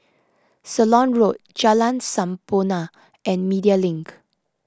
Ceylon Road Jalan Sampurna and Media Link